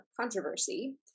controversy